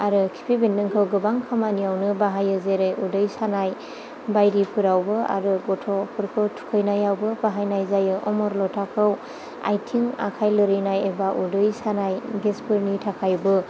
आरो खिफि बेन्दोंखौ गोबां खामानियावनो बाहायो जेरै उदै सानाय बायदिफोरावबो आरो गथ'फोरखौ थुखैनायावबो बाहायनाय जायो अमरलथाखौ आथिं आखाइ लोरिनाय एबा उदै सानाय गेसफोरनि थाखायबो